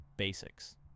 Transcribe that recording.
Basics